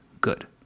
good